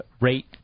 rate